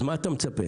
אז מה אתה מצפה?